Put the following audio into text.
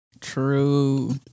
True